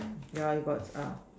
yeah you got ah